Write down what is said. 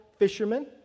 fishermen